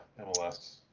MLS